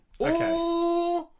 Okay